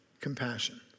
compassion